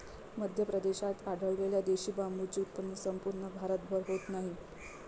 मध्य प्रदेशात आढळलेल्या देशी बांबूचे उत्पन्न संपूर्ण भारतभर होत नाही